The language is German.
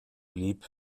blieb